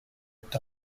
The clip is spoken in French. est